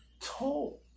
told